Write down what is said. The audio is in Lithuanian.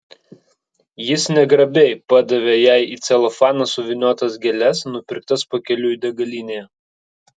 jis negrabiai padavė jai į celofaną suvyniotas gėles nupirktas pakeliui degalinėje